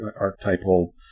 archetypal